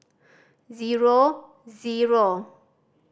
zero zero